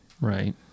Right